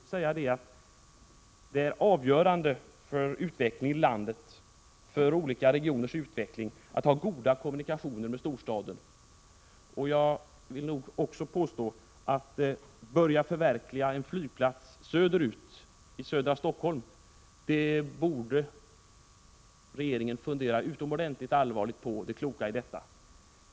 Det är avgörande för olika regioners utveckling att ha goda kommunikationer med storstaden. Regeringen borde fundera utomordentligt allvarligt på det kloka i att börja förverkliga en flygplats i södra Stockholm.